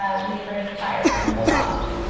ah we heard the fire alarm go off.